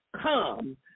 come